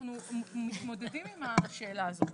אנחנו מתמודדים עם השאלה הזאת.